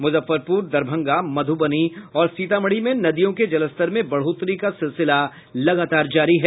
मुजफ्फरपुर दरभंगा मधुबनी और सीतामढ़ी में नदियों के जलस्तर में बढ़ोतरी का सिलसिला लगातार जारी है